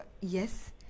yes